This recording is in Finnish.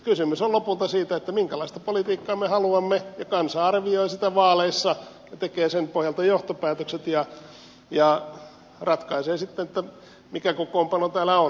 kysymys on lopulta siitä minkälaista politiikkaa me haluamme ja kansa arvioi sitä vaaleissa ja tekee sen pohjalta johtopäätökset ja ratkaisee sitten mikä kokoonpano täällä on